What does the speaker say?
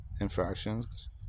infractions